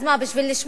אז מה, בשביל לשמור